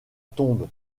tombe